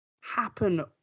happen